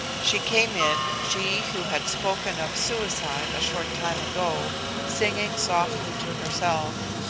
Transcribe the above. she came in she, who had spoken of suicide a short time ago singing softly to herself.